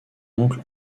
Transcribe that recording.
oncle